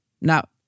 Now